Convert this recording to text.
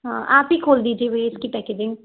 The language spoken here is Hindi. हाँ आप ही खोल दीजिए भैया इसकी पैकेजिंग